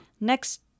Next